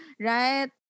Right